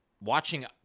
watching